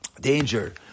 danger